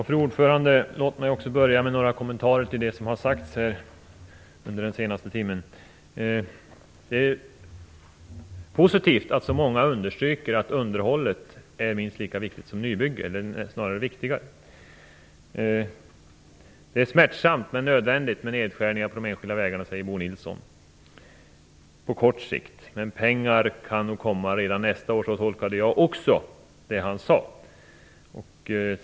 Fru talman! Låt mig börja med några kommentarer till det som har sagts här under den senaste timmen. Det är positivt att så många understryker att underhållet är minst lika viktigt som nybygge eller snarare viktigare. Det är smärtsamt men nödvändigt på kort sikt med nedskärningar på de enskilda vägarna, säger Bo Nilsson, men pengar kan nog komma redan nästa år. Så tolkade jag också det han sade.